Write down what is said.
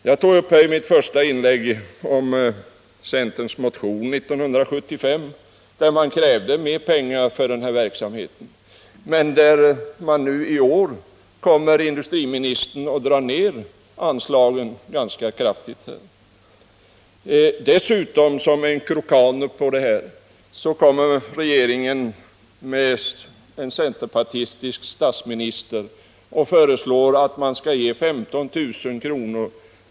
Jag tog i mitt första inlägg upp centerns motion från 1975 där man krävde mer pengar för denna verksamhet. Men i år kommer industriministern och drar ner anslagen ganska kraftigt. Dessutom — som med en krokan — kommer regeringen under en centerpartistisk statsminister och föreslår att man skall ge 15000 kr.